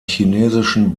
chinesischen